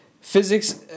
physics